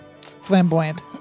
Flamboyant